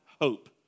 hope